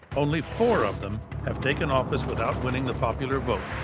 only four of them have taken office without winning the popular vote.